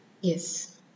Yes